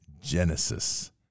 Genesis